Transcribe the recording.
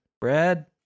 Brad